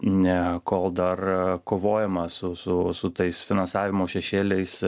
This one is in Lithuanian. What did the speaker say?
ne kol dar kovojama su su su tais finansavimo šešėliais